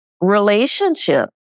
relationship